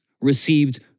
received